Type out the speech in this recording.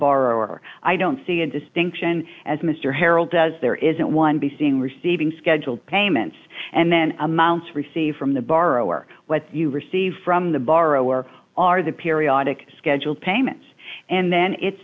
borrower i don't see a distinction as mr harrell does there isn't one b seeing receiving schedule payments and then amounts received from the borrower what you receive from the borrower are the periodic scheduled payments and then it